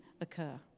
occur